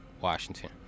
Washington